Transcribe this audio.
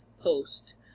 post